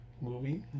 movie